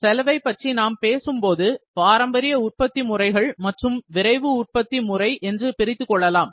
செலவை பற்றி நாம் பேசும்போதுபாரம்பரிய உற்பத்தி முறைகள் மற்றும் விரைவு உற்பத்தி முறை என்று நாம் பிரித்துக் கொள்ளலாம்